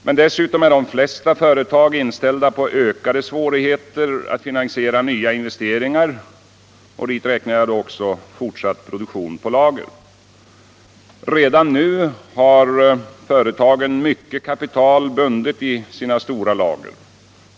Men dessutom är de flesta företag inställda på ökade svårigheter att finansiera nya investeringar, inklusive fortsatt produktion på lager. Redan nu har företagen mycket kapital bundet i sina stora lager.